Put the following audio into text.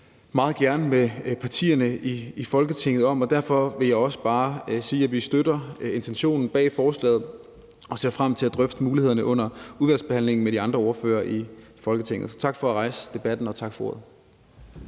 meget gerne med partierne i Folketinget om, og derfor vil jeg også bare sige, at vi støtter intentionen bag forslaget og ser frem til at drøfte mulighederne under udvalgsbehandlingen med de andre ordførere i Folketinget. Så tak for at rejse debatten, og tak for ordet.